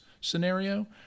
scenario